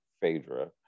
Phaedra